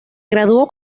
graduó